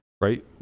right